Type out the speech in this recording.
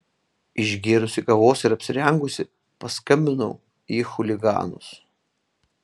išgėrusi kavos ir apsirengusi paskambinau į chuliganus